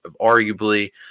arguably